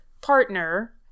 partner